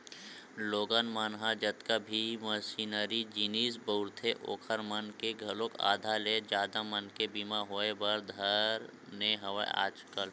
लोगन मन ह जतका भी मसीनरी जिनिस बउरथे ओखर मन के घलोक आधा ले जादा मनके बीमा होय बर धर ने हवय आजकल